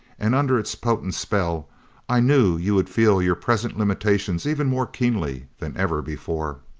and under its potent spell i knew you would feel your present limitations even more keenly than ever before.